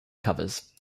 covers